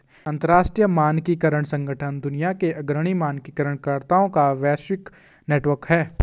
अंतर्राष्ट्रीय मानकीकरण संगठन दुनिया के अग्रणी मानकीकरण कर्ताओं का वैश्विक नेटवर्क है